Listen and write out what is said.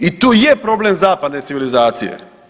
I tu je problem zapadne civilizacije.